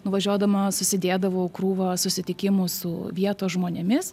nuvažiuodama susidėdavau krūvą susitikimų su vietos žmonėmis